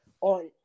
on